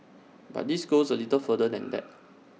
but this goes A little further than that